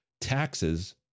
taxes